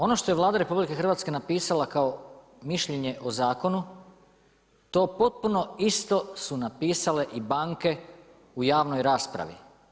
Ono što je Vlada rh napisala kao mišljenje o zakonu to potpuno isto su napisale i banke u javnoj raspravi.